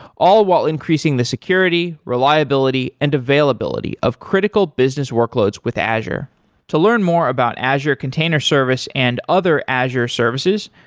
all while increasing the security, reliability and availability of critical business workloads with azure to learn more about azure container service and other azure services,